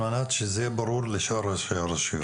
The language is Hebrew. על מנת שזה יהיה ברור לשאר ראשי הרשויות.